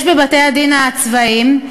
יש בבתי-הדין הצבאיים.